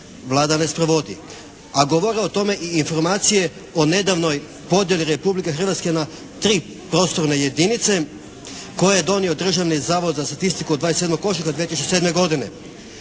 Vlada ne sprovodi. A govore o tome i informacije o nedavnoj podjeli Republike Hrvatske na tri prostorne jedinice koje je donio Državni zavod za statistiku od 27. ožujka 2007. godine.